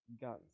Guns